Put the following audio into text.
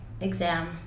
exam